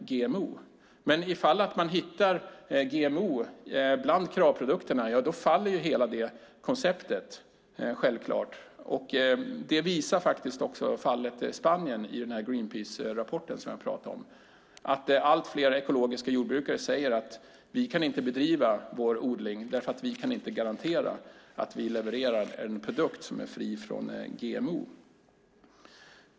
Men ifall man hittar GMO bland kravprodukterna faller ju självklart hela det konceptet. Fallet Spanien i Greenpeacerapporten som jag pratade om visar också att allt fler ekologiska jordbrukare säger att de inte kan bedriva sin odling därför att de inte kan garantera att de levererar en produkt som är fri från GMO.